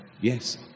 Yes